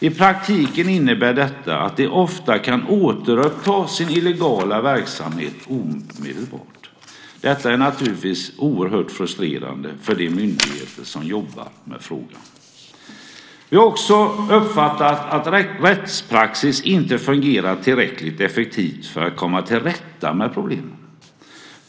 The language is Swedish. I praktiken innebär detta att de ofta kan återuppta sin illegala verksamhet omedelbart. Detta är naturligtvis oerhört frustrerande för de myndigheter som jobbar med frågan. Vi har också uppfattat att rättspraxis inte fungerar tillräckligt effektivt för att man ska kunna komma till rätta med problemen.